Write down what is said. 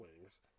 wings